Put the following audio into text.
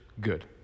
good